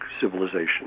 civilization